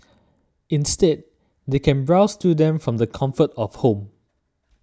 instead they can browse through them from the comfort of home